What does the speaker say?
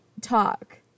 talk